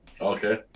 Okay